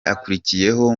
akurikiyeho